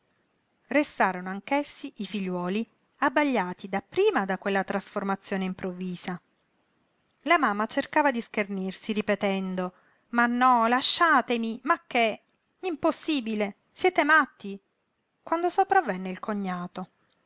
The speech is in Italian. restarono anch'essi i figliuoli abbagliati dapprima da quella trasformazione improvvisa la mamma cercava di schernirsi ripetendo ma no lasciatemi ma che impossibile siete matti quando sopravvenne il cognato